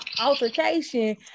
altercation